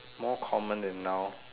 more common than now